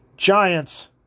Giants